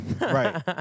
Right